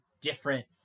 different